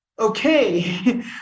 Okay